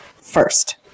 first